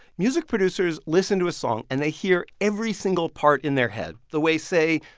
music producers listen to a song, and they hear every single part in their head the way, say,